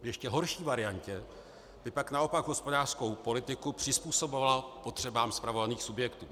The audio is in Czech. V ještě horší variantě by pak naopak hospodářskou politiku přizpůsobovalo potřebám spravovaných subjektů.